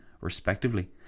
respectively